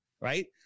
right